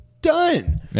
Done